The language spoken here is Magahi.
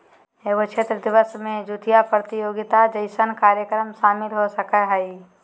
एगो क्षेत्र दिवस में जुताय प्रतियोगिता जैसन कार्यक्रम शामिल हो सकय हइ